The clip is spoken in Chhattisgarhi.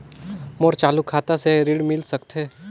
मोर चालू खाता से ऋण मिल सकथे?